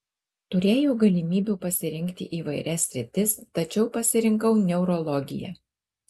turėjau galimybių pasirinkti įvairias sritis tačiau pasirinkau neurologiją